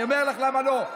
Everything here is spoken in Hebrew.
אני אומר לך למה לא.